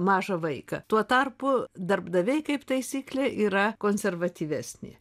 mažą vaiką tuo tarpu darbdaviai kaip taisyklė yra konservatyvesni